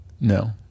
No